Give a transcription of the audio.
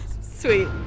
Sweet